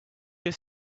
your